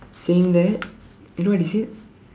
saying that you know what he said